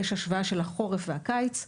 יש השוואה של החורף והקיץ.